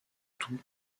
d’où